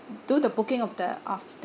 do the booking of the of